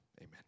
Amen